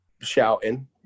shouting